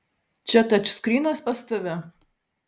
čia tačskrynas pas tave